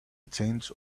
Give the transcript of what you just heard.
change